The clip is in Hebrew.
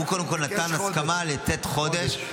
הוא קודם כול נתן הסכמה לתת חודש,